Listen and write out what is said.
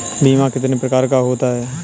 बीमा कितने प्रकार का होता है?